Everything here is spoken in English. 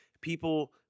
people